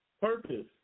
Purpose